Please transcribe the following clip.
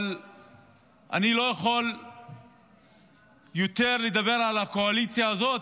אבל אני לא יכול יותר לדבר על הקואליציה הזאת,